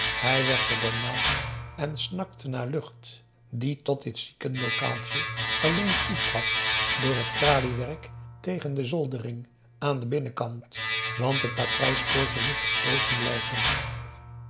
hij werd er benauwd en snakte naar lucht die tot dit ziekenlokaaltje alleen toetrad door het traliewerk tegen de zoldering aan den binnenkant want t patrijspoortje moest gesloten blijven